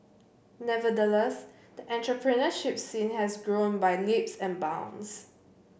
nevertheless the entrepreneurship scene has grown by leaps and bounds